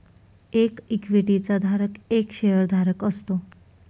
एक इक्विटी चा धारक एक शेअर धारक असतो